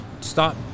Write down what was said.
stop